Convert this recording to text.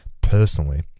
personally